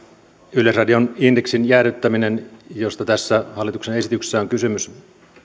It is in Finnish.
yleisradion indeksin jäädyttäminen josta tässä hallituksen esityksessä on kysymys